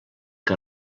que